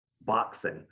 boxing